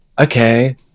okay